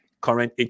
current